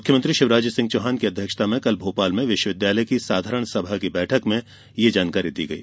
मुख्यमंत्री शिवराज सिंह चौहान की अध्यक्षता में कल भोपाल में विश्वविद्यालय की साधारण सभा की बैठक में ये जानकारी दी गई